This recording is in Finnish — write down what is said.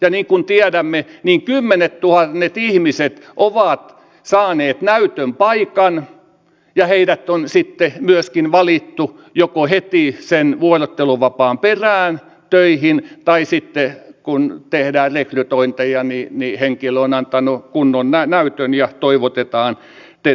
ja niin kuin tiedämme niin kymmenettuhannet ihmiset ovat saaneet näytön paikan ja joko heidät on myöskin valittu heti sen vuorotteluvapaan perään töihin tai sitten kun tehdään rekrytointeja henkilö on antanut kunnon näytön ja toivotetaan tervetulleeksi